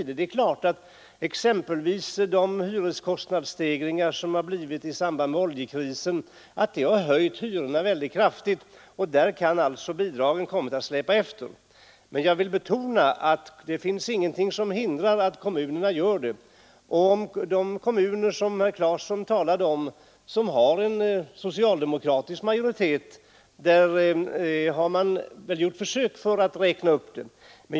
Det är klart att de kostnadsstegringar, som uppstått i samband med oljekrisen, höjt hyrorna kraftigt och att bidragen därigenom kommit att släpa efter. Men jag vill betona att det finns ingenting som hindrar att kommunerna gör en omräkning. I de kommuner som herr Claeson talade om och som har en socialdemokratisk majoritet har man gjort försök att räkna upp beloppen.